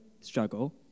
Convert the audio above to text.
struggle